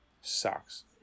Sucks